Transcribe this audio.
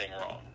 wrong